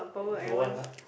don't want lah